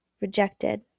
rejected